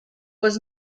was